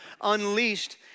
unleashed